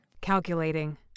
Calculating